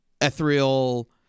ethereal